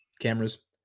Cameras